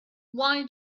why